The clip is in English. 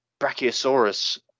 Brachiosaurus